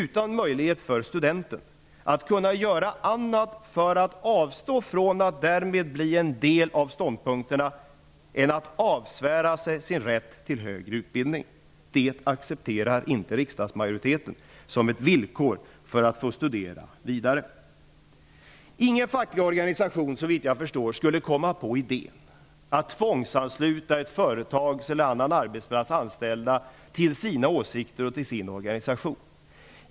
För att avstå från att ta del av ståndpunkterna finns det ingen annan möjlighet för studenten än att avsvära sig sin rätt till högre utbildning. Riksdagsmajoriteten accepterar inte att det finns sådana villkor för att få studera vidare. Ingen facklig organisation skulle, såvitt jag förstår, komma på idén att tvångsansluta ett företags eller annan arbetsgivares anställda till sina åsikter och till sin organisation.